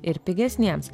ir pigesniems